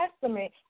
Testament